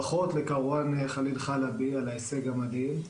ברכות לכרואן חליל חלבי על ההישג המדהים.